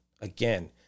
Again